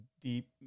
deep